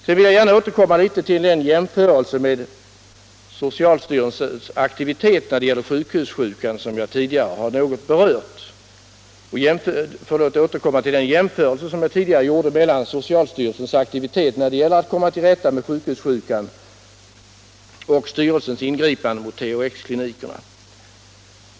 Jag vill gärna återkomma till min jämförelse mellan socialstyrelsens aktivitet när det gäller att komma till rätta med sjukhussjukan, som jag tidigare något berört, och styrelsens ingripande mot THX-klinikerna.